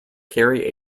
carry